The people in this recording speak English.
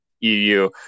EU